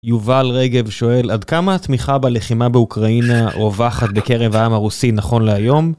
יובל רגב שואל, עד כמה התמיכה בלחימה באוקראינה רווחת בקרב העם הרוסי נכון להיום?